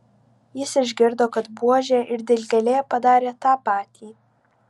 jis išgirdo kad buožė ir dilgėlė padarė tą patį